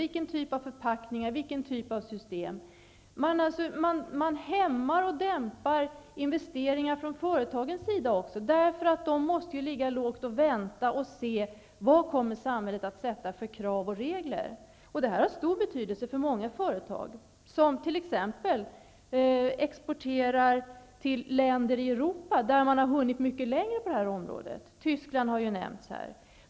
Vilken typ av förpackningar och system skall de satsa på? Man hämmar och dämpar investeringar från företagens sida. De måste ligga lågt och vänta och se vilka krav och regler samhället kommer att sätta upp. Det här har stor betydelse för många företag som t.ex. exporterar till länder i Europa där man har hunnit mycket längre på det här området. Tyskland har nämnts här.